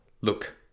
Look